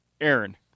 Aaron